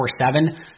24-7